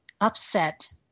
upset